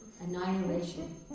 Annihilation